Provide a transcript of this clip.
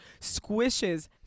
squishes